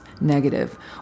Negative